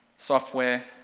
software,